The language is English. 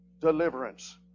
deliverance